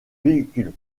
véhicule